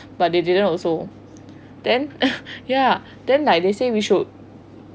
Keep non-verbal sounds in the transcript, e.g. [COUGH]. but they didn't also then [LAUGHS] ya then like they said we should